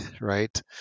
right